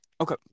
okay